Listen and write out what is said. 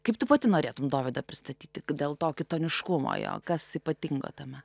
kaip tu pati norėtum dovydą pristatyti dėl to kitoniškumo jo kas ypatingo tame